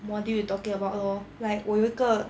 module you talking about lor like 我有一个